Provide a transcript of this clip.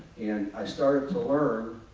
and i started to learn